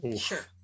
sure